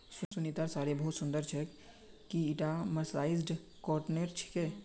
सुनीतार साड़ी बहुत सुंदर छेक, की ईटा मर्सराइज्ड कॉटनेर छिके